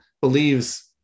believes